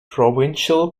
provincial